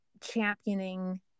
championing